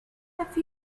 have